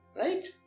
right